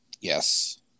Yes